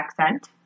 accent